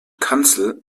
kanzel